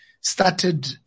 started